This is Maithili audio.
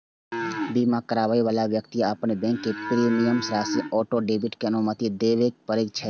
बीमा कराबै बला व्यक्ति कें अपन बैंक कें प्रीमियम राशिक ऑटो डेबिट के अनुमति देबय पड़ै छै